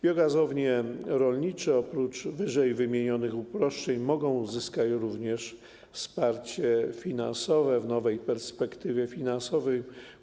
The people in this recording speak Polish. Biogazownie rolnicze oprócz ww. uproszczeń uzyskają również wsparcie finansowe w nowej perspektywie finansowej.